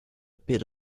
bit